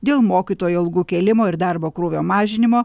dėl mokytojų algų kėlimo ir darbo krūvio mažinimo